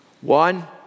One